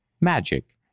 magic